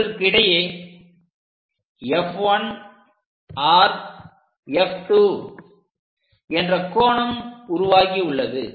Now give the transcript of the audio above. இவற்றுக்கிடையே F1 R F2 என்ற கோணம் உருவாகியுள்ளது